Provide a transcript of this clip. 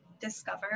discover